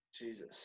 Jesus